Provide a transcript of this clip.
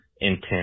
intent